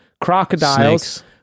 crocodiles